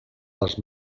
les